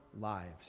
lives